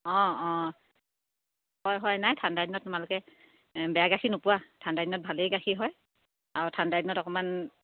অঁ অঁ হয় হয় নাই ঠাণ্ডা দিনত তোমালোকে বেয়া গাখীৰ নোপোৱা ঠাণ্ডা দিনত ভালেই গাখীৰ হয় আৰু ঠাণ্ডা দিনত অকণমান